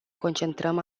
concentrăm